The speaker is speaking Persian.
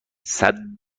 صدام